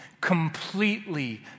completely